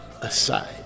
aside